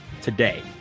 today